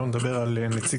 לא הגיל דווקא.